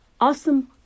awesome